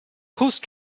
whose